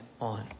on